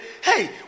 Hey